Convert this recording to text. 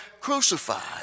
crucified